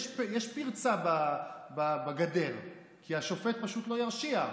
יש פרצה בגדר, כי השופט פשוט לא ירשיע.